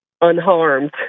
unharmed